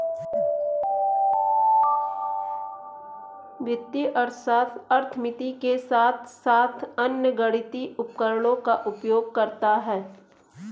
वित्तीय अर्थशास्त्र अर्थमिति के साथ साथ अन्य गणितीय उपकरणों का उपयोग करता है